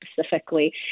specifically